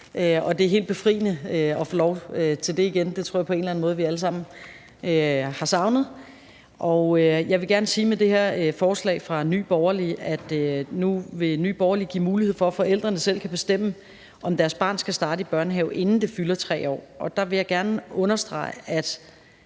det er helt befriende at få lov til det igen. Det tror jeg på en eller anden måde vi alle sammen har savnet. Med det her forslag vil Nye Borgerlige nu give mulighed for, at forældrene selv kan bestemme, om deres barn skal starte i børnehave, inden det fylder 3 år. Der vil jeg gerne understrege i